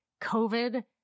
COVID